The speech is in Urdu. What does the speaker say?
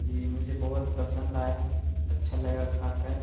جی مجھے بہت پسند آیا اچھا لگا کھا کر